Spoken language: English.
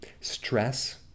stress